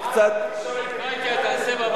קביעת חובת סודיות על הנציב ועובדי